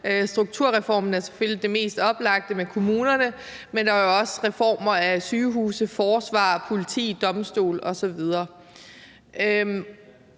kommunerne er selvfølgelig det mest oplagte eksempel, men der var jo også reformer af sygehuse, forsvar, politi, domstole osv.